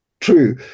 true